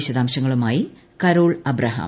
വിശദാംശങ്ങളുമായി Carol Abraham